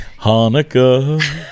Hanukkah